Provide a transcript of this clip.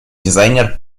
дизайнер